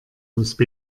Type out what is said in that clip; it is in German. usb